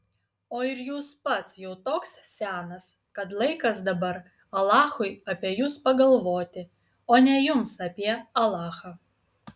o ir jūs pats jau toks senas kad laikas dabar alachui apie jus pagalvoti o ne jums apie alachą